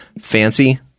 Fancy